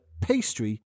pastry